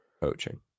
coaching